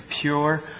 pure